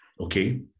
okay